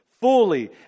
fully